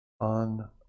on